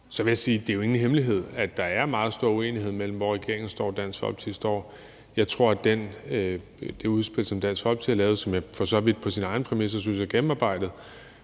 Så vil jeg sige, at det jo ikke er nogen hemmelighed, at der er meget stor uenighed mellem der, hvor regeringen står og Dansk Folkeparti står. Det udspil, som Dansk Folkeparti har lavet, og som jeg for så vidt ud fra dets egne præmisser synes er gennemarbejdet,